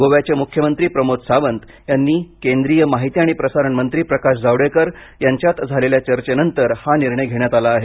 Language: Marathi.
गोव्याचे मुख्यमंत्री प्रमोद सावंत आणि केंद्रीय माहिती आणि प्रसारण मंत्री प्रकाश जावडेकर यांच्यात झालेल्या चर्चेनंतर हा निर्णय घेण्यात आला आहे